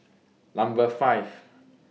Number five